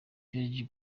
sergio